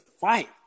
fight